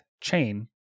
chain